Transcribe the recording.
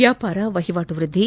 ವ್ಯಾಪಾರ ವಹಿವಾಟು ವೃದ್ದಿ